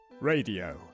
Radio